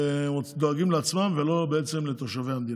דואגים לעצמם ולא בעצם לתושבי המדינה.